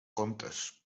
contes